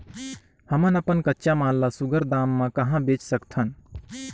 हमन अपन कच्चा माल ल सुघ्घर दाम म कहा बेच सकथन?